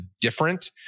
different